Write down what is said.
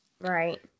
Right